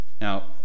Now